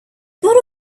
thought